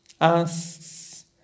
asks